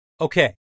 Okay